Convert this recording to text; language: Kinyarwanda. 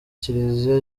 kiliziya